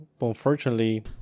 unfortunately